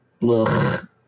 look